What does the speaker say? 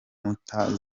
nkuta